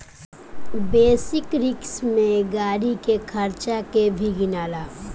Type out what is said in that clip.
basic risk में गाड़ी के खर्चा के भी गिनाला